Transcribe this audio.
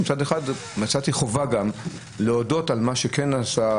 ומצד שני מצאתי חובה להודות על מה שכן נעשה,